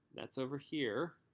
that's over here,